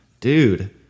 Dude